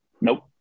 Nope